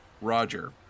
Roger